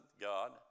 God